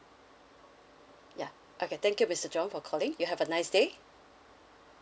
ya okay thank you mister john for calling you have a nice day